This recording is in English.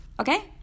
Okay